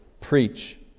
preach